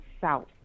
south